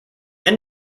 end